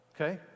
Okay